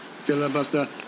Filibuster